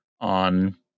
on